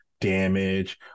damage